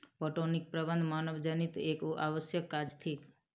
पटौनीक प्रबंध मानवजनीत एक आवश्यक काज थिक